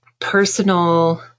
personal